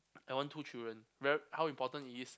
I want two children ver~ how important it is